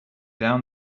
down